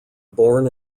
born